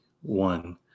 one